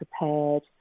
prepared